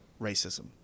racism